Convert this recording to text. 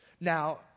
Now